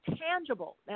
tangible